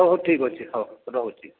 ହେଉ ହେଉ ଠିକ୍ ଅଛି ହେଉ ରହୁଛି